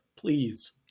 Please